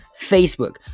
Facebook